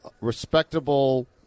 respectable